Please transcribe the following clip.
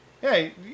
Hey